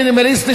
המינימליסטי,